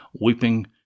weeping